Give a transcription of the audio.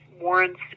warrants